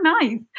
nice